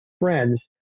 friends